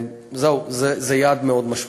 זהו, זה יעד מאוד משמעותי.